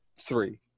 Three